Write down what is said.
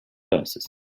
verses